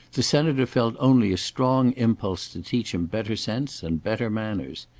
the senator felt only a strong impulse to teach him better sense and better manners.